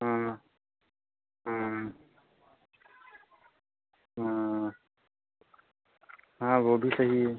हाँ हाँ हाँ वह भी सही है